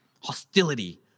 hostility